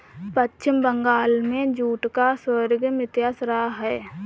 पश्चिम बंगाल में जूट का स्वर्णिम इतिहास रहा है